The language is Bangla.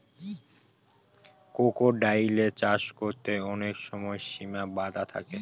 ক্রোকোডাইলের চাষ করতে অনেক সময় সিমা বাধা থাকে